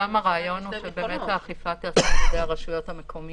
שם הרעיון הוא שהאכיפה תיעשה על ידי הרשויות המקומיות,